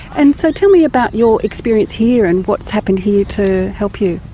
and so tell me about your experience here and what has happened here to help you?